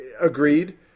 Agreed